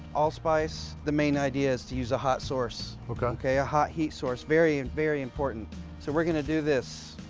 allspice. the main idea is to use a hot source. okay. okay, a hot heat source, very, very important. so we're going to do this.